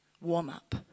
warm-up